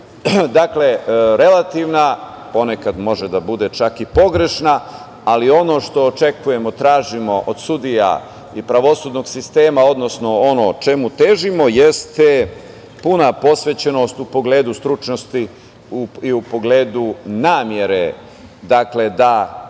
veća, relativna, ponekad može da bude čak i pogrešna. Ali, ono što očekujemo i tražimo od sudija i pravosudnog sistema, odnosno ono čemu težimo, jeste puna posvećenost u pogledu stručnosti i u pogledu namere da